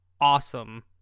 awesome